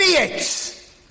Idiots